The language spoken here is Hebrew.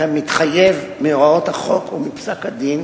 כמתחייב מהוראות החוק ומפסק-הדין,